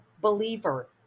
believer